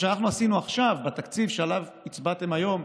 מה שאנחנו עשינו עכשיו בתקציב שעליו הצבעתם היום,